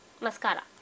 Mascara